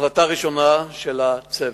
החלטה ראשונה של הצוות,